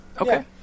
Okay